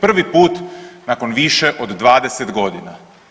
Prvi put nakon više od 20 godina.